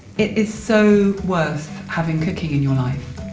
it is so worth having cooking in your life.